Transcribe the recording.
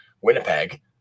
Winnipeg